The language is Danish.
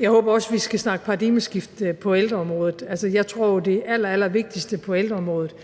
Jeg håber også, at vi skal snakke paradigmeskifte på ældreområdet. Jeg tror jo, at det allervigtigste på ældreområdet